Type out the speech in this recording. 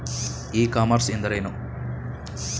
E commerce ಎಂದರೇನು?